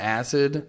acid